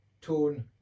tone